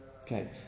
Okay